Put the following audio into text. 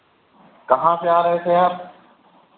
कहाँ से आ रहे थे आप